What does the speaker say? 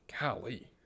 Golly